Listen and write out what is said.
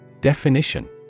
Definition